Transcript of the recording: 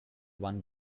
one